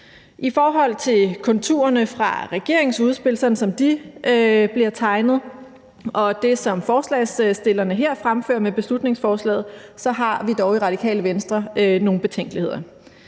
I forhold til konturerne fra regeringens udspil, sådan som de bliver tegnet, og det, som forslagsstillerne her fremfører med beslutningsforslaget, har vi dog i Radikale Venstre nogle betænkeligheder.